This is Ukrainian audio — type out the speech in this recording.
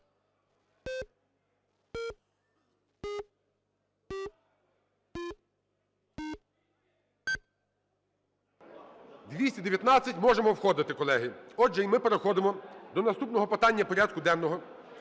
За-219 Можемо входити, колеги. Отже, і ми переходимо до наступного питання порядку денного